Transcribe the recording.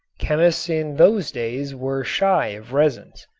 chemists in those days were shy of resins.